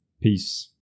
Peace